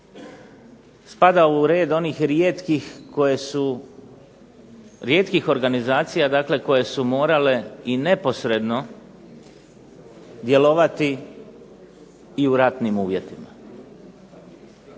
koje su, rijetkih organizacija dakle koje su morale i neposredno djelovati i u ratnim uvjetima.